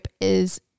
is-